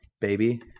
Baby